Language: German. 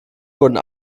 wurden